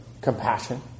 compassion